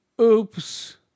Oops